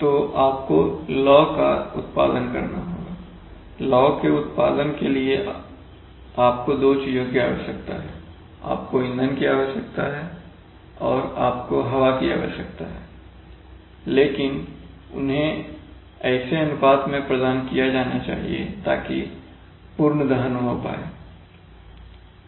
तो आपको लौ का उत्पादन करना है लौ के उत्पादन के लिए आपको दो चीजों की आवश्यकता है आपको ईंधन की आवश्यकता है और आपको हवा की आवश्यकता है लेकिन उन्हें ऐसे अनुपात में प्रदान किया जाना चाहिए ताकि पूर्ण दहन हो पाए